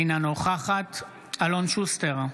אינה נוכחת אלון שוסטר,